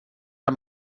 amb